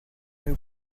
nous